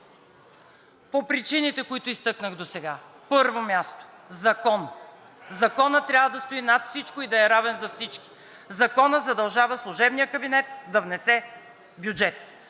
по причините, които изтъкнах досега. На първо място, закон. Законът трябва да стои над всичко и да е равен за всички. Законът задължава служебния кабинет да внесе бюджет